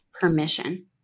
permission